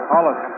Hollis